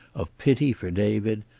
of pity for david,